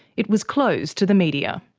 it was closed to the media.